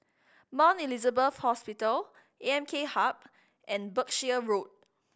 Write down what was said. Mount Elizabeth Hospital A M K Hub and Berkshire Road